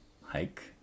hike